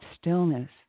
stillness